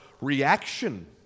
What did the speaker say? reaction